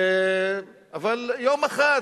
אבל יום אחד